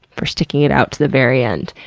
for sticking it out to the very end.